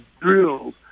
drills